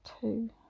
two